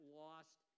lost